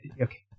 okay